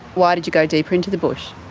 why did you go deeper into the bush?